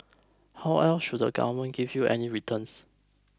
how else should the government give you any returns